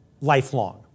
lifelong